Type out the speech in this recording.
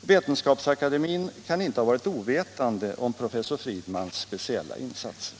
Vetenskapsakademien kan inte ha varit ovetande om professor Friedmans speciella insatser.